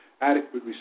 adequate